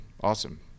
Awesome